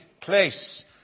place